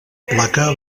placa